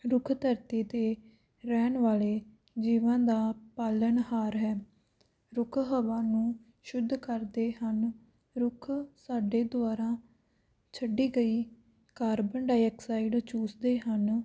ਰੁੱਖ ਧਰਤੀ 'ਤੇ ਰਹਿਣ ਵਾਲੇ ਜੀਵਨ ਦਾ ਪਾਲਣਹਾਰ ਹੈ ਰੁੱਖ ਹਵਾ ਨੂੰ ਸ਼ੁੱਧ ਕਰਦੇ ਹਨ ਰੁੱਖ ਸਾਡੇ ਦੁਆਰਾ ਛੱਡੀ ਗਈ ਕਾਰਬਨ ਡਾਈਆਕਸਾਈਡ ਚੂਸਦੇ ਹਨ